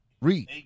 Read